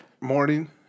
morning